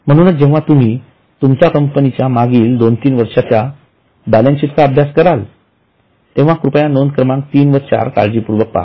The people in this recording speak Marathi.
म्हणून जेव्हा तुम्ही तुमच्या कंपनीच्या मागील २ ३ वर्षाच्या बॅलन्सशीट चा अभ्यास कराल तेंव्हा कृपया नोंद क्रमांक ३ व ४ काळजीपूर्वक पहा